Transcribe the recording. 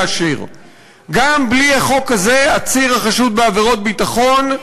גם בלי החוק הזה, עציר החשוד בעבירות ביטחון,